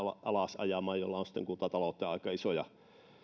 alas ajamaan millä on sitten kuntatalouteen aika isoja